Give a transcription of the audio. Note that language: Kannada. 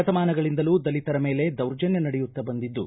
ಶತಮಾನಗಳಂದಲೂ ದಲಿತರ ಮೇಲೆ ದೌರ್ಜನ್ತ ನಡೆಯುತ್ತ ಬಂದಿದ್ದು